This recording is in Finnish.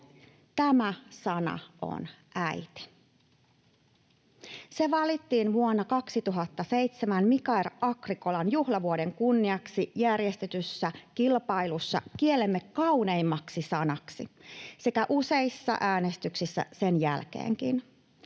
Tämä sana on ”äiti”. Se valittiin vuonna 2007 Mikael Agricolan juhlavuoden kunniaksi järjestetyssä kilpailussa kielemme kauneimmaksi sanaksi sekä useissa äänestyksissä sen jälkeenkin.